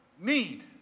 need